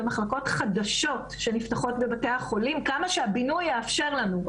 במחלקות חדשות שנפתחות בבתי החולים - כמה שהבינוי יאפשר לנו.